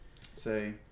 say